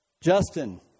Justin